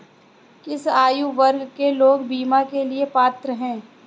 किस आयु वर्ग के लोग बीमा के लिए पात्र हैं?